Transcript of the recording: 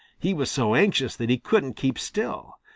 he was so anxious that he couldn't keep still.